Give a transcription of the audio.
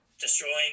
destroying